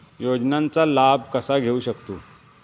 योजनांचा लाभ कसा घेऊ शकतू?